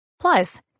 Plus